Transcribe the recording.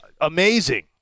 amazing